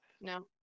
No